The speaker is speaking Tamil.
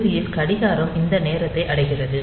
இறுதியில் கடிகாரம் இந்த நேரத்தை அடைகிறது